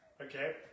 okay